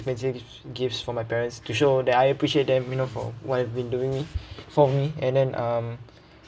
expensive gifts for my parents to show that I appreciate them you know for what I've been doing it for me and then um